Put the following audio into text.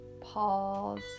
Pause